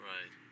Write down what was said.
Right